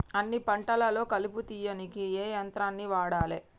అన్ని పంటలలో కలుపు తీయనీకి ఏ యంత్రాన్ని వాడాలే?